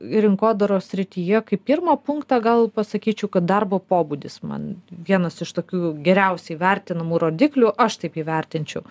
rinkodaros srityje kaip pirmą punktą gal pasakyčiau kad darbo pobūdis man vienas iš tokių geriausiai vertinamų rodiklių aš taip įvertinčiau